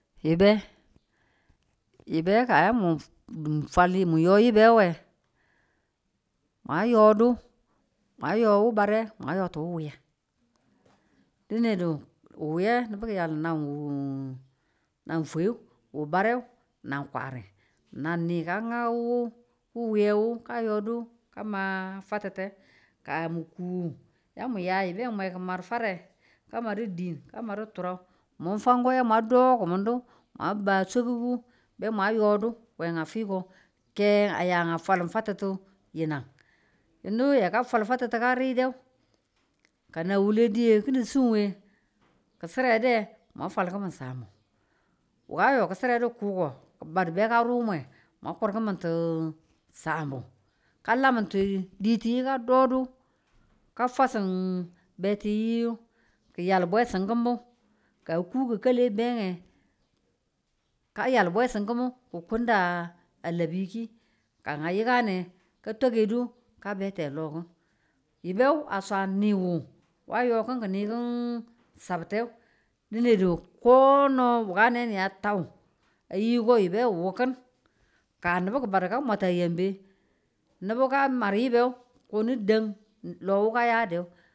yibe, yibe ka yamu fwa yim mu yu yibe we, ma yodu ma yo wu bare mwa yotu wu wiye dinedu nubu ki̱yalu nan wu fwueyu, wu bare nan kware nanni ka nga wu wure ka yodu ka ma fatete ka mu kudo ya muya yibe ki mar fare ka maru din ka maru turub mwan fanko ya mwa do kumun do mwa ba sugugu be ma yudu we a fiko ke a ya fal fatutu yinang. yinu yo ka fal fatutu ka ride, kanan wule diye kinin sin ne ki chirede mwa fal kimin chambu. wuka yo ki chire du kinin kuko ki̱ badu ka ru mwe mwa kur ki̱min ti chambu ka la mi̱nti ditiye ka do du ka fwasu betiye ki̱ yal bwesinkibu ka a ku ki̱kali a beye ka yal bwesin ki̱nu ki̱ kunda a labi ki̱, ka a yikan nge ka tukudu a labi ki̱ ka a yikan ne ka tokudu ka be te lo ki̱n. yibe wu a swan niwu a yo ki̱n ki̱ nikin chabte dine do ko no wukane ni a tau ko yibe wu wu kin. ka nubu ki badu ka mwata yembu nubu ka mwata yibe ko ni dan lo ka yade.